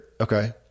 Okay